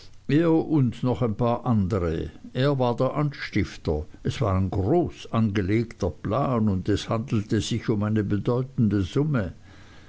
und noch ein paar andere er war der anstifter es war ein groß angelegter plan und es handelte sich um eine bedeutende summe